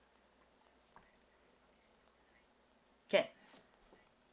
can